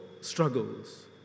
struggles